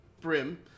Brim